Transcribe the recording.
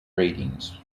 ratings